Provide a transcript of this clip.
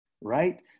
right